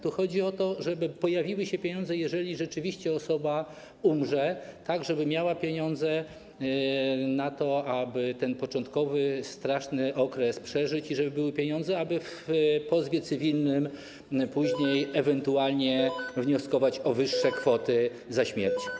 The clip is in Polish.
Tu chodzi o to, żeby pojawiły się pieniądze, jeżeli rzeczywiście osoba umrze, tak żeby miała pieniądze na to, aby ten początkowy straszny okres przeżyć, i żeby były pieniądze, aby w pozwie cywilnym później ewentualnie wnioskować o wyższe kwoty za śmierć.